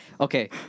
Okay